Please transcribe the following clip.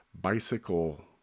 bicycle